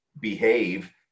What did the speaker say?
behave